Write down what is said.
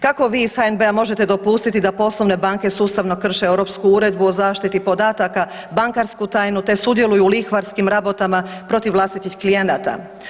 Kako vi iz HNB-a možete dopustiti da poslovne banke sustavno krše Europsku uredbu o zaštiti podataka, bankarsku tajnu te sudjeluju u lihvarskim rabotama protiv vlastitih klijenata?